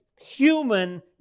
human